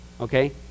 Okay